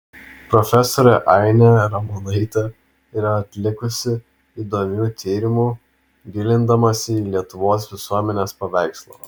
profesorė ainė ramonaitė yra atlikusi įdomių tyrimų gilindamasi į lietuvos visuomenės paveikslą